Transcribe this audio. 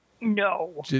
No